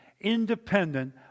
independent